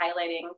highlighting